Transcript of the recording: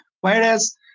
Whereas